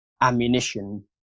ammunition